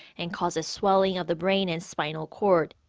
and causes swelling of the brain and spinal cord.